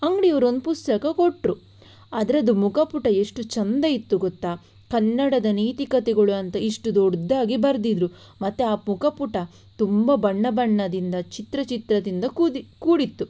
ಅಂಗಡಿಯವರೊಂದು ಪುಸ್ತಕ ಕೊಟ್ಟರು ಅದರದ್ದು ಮುಖಪುಟ ಎಷ್ಟು ಚಂದ ಇತ್ತು ಗೊತ್ತಾ ಕನ್ನಡದ ನೀತಿಕತೆಗಳು ಅಂತ ಇಷ್ಟು ದೊಡ್ಡದಾಗಿ ಬರೆದಿದ್ರು ಮತ್ತು ಆ ಮುಖಪುಟ ತುಂಬ ಬಣ್ಣ ಬಣ್ಣದಿಂದ ಚಿತ್ರ ಚಿತ್ರದಿಂದ ಕೂದಿ ಕೂಡಿತ್ತು